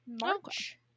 March